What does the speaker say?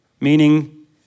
meaning